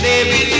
Baby